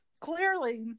clearly